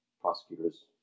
prosecutors